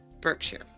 Berkshire